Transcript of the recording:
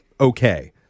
okay